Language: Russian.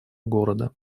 города